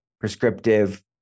prescriptive